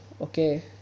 okay